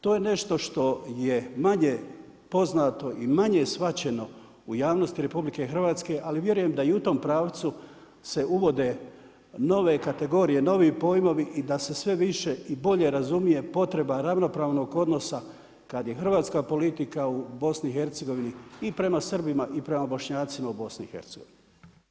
TO je nešto što je manje poznato i manje shvaćeno u javnosti RH, ali vjerujem da i u tom pravcu se uvode nove kategorije, novi pojmovi i da se sve više i bolje razumije potreba ravnopravnog odnosa, kad je hrvatska politika u BIH i prema Srbima i prema Bošnjacima u BIH.